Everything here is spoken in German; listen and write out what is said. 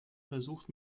versucht